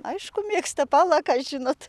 aišku mėgsta palaka žinot